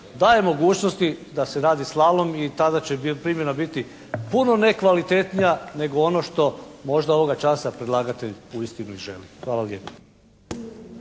daje mogućnosti da se radi slalom i tada će primjena biti puno nekvalitetnija nego ono što možda ovoga časa predlagatelj uistinu i želi. Hvala lijepo.